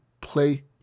play